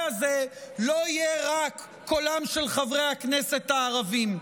הזה לא יהיה רק קולם של חברי הכנסת הערבים.